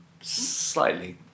slightly